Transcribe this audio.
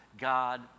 god